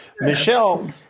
Michelle